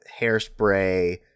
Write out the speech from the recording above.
Hairspray